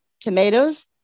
tomatoes